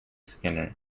skinner